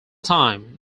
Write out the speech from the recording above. time